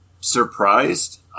surprised